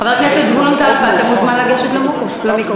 חבר הכנסת זבולון קלפה, אתה מוזמן לגשת למיקרופון.